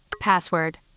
password